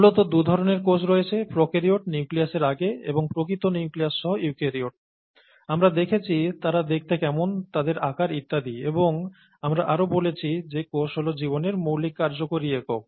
মূলত দুধরণের কোষ রয়েছে প্র্যাকেরিওট নিউক্লিয়াসের আগে এবং প্রকৃত নিউক্লিয়াস সহ ইউক্যারিওট আমরা দেখেছি তারা দেখতে কেমন তাদের আকার ইত্যাদি এবং আমরা আরও বলেছি যে কোষ হল জীবনের মৌলিক কার্যকরী একক